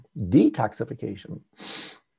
detoxification